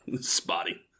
Spotty